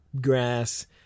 grass